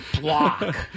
block